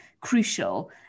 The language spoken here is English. crucial